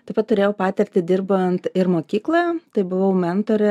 taip pat turėjau patirtį dirbant ir mokykloje tai buvau mentorė